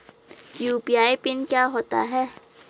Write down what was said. UPI PIN क्या होता है?